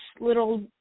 little